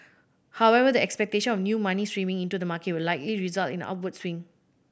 however the expectation of new money streaming into the market will likely result in an upward swing